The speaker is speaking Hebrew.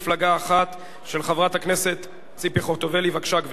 רדיו טלפון נייד) עברה ותועבר לוועדת הכלכלה.